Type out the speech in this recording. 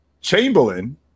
Chamberlain